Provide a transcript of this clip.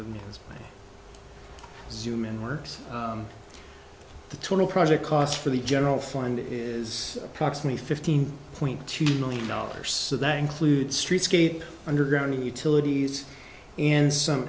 suman works the twenty project cost for the general fund is approximately fifteen point two million dollars so that includes streetscape underground utilities and some